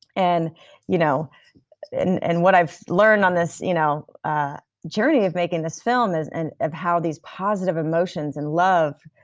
and you know and and what i've learned on this you know ah journey of making this film is and of how these positive emotions and love,